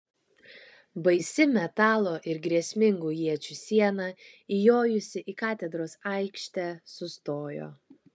baisi metalo ir grėsmingų iečių siena įjojusi į katedros aikštę sustojo